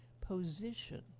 position